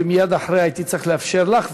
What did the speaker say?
ומייד אחריה הייתי צריך לאפשר לך,